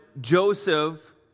Joseph